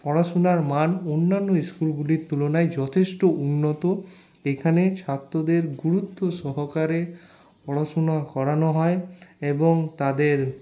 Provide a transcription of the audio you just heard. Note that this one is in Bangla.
পড়াশোনার মান অন্যান্য স্কুলগুলির তুলনায় যথেষ্ট উন্নত এখানে ছাত্রদের গুরুত্ব সহকারে পড়াশোনা করানো হয় এবং তাদের